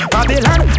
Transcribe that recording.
Babylon